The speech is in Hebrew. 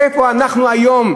איפה אנחנו היום?